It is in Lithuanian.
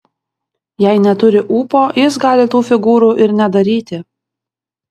jei neturi ūpo jis gali tų figūrų ir nedaryti